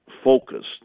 Focused